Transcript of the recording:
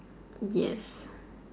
yes